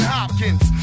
Hopkins